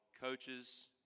coaches